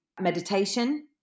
meditation